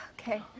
Okay